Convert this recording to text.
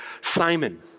Simon